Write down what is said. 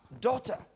daughter